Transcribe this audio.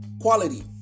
quality